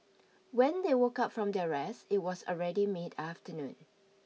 when they woke up from their rest it was already mid afternoon